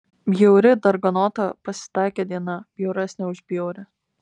bjauri darganota pasitaikė diena bjauresnė už bjaurią